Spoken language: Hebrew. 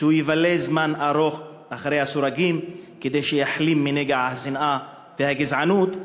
שהוא יבלה זמן ארוך מאחורי הסורגים כדי שיחלים מנגע השנאה והגזענות,